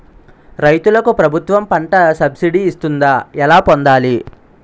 రైతులకు ప్రభుత్వం పంట సబ్సిడీ ఇస్తుందా? ఎలా పొందాలి?